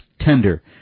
tender